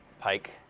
pike.